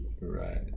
Right